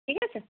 ঠিক আছে